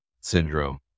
syndrome